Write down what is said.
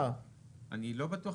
אני לא בטוח.